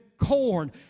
corn